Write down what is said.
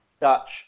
Dutch